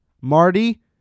Marty